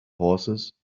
horses